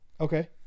Okay